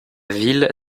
ville